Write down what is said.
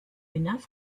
enough